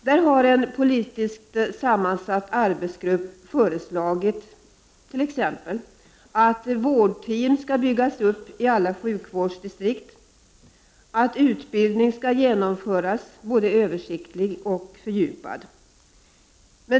Där har en politiskt sammansatt grupp t.ex. föreslagit att vårdlag skall byggas upp i alla sjukvårdsdistrikt och att utbildning skall genomföras, både översiktlig och fördjupad.